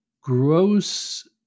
gross